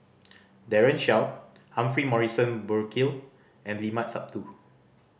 Daren Shiau Humphrey Morrison Burkill and Limat Sabtu